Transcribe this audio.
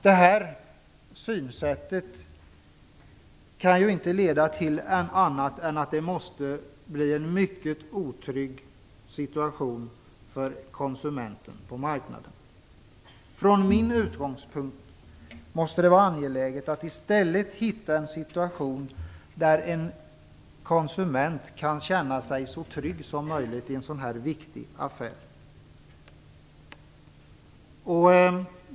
Det här synsättet kan bara leda till en för konsumenten mycket otrygg situation på marknaden. Från min utgångspunkt måste det i stället vara angeläget att hitta en situation där konsumenten kan känna sig så trygg som möjligt i en så här viktig affär.